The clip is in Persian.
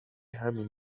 همین